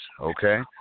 okay